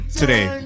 today